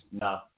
No